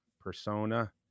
persona